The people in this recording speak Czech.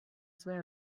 své